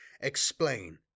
Explain